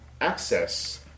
access